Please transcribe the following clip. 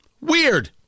Weird